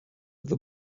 the